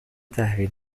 تحویل